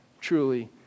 truly